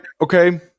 okay